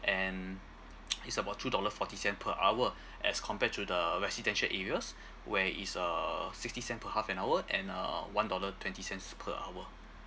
and it's about two dollar forty cent per hour as compared to the residential areas where it's uh sixty cent per half an hour and uh one dollar twenty cents per hour